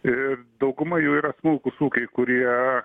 ir dauguma jų yra smulkūs ūkiai kurie